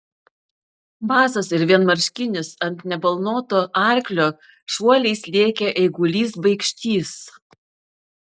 basas ir vienmarškinis ant nebalnoto arklio šuoliais lėkė eigulys baikštys